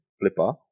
flipper